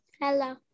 Hello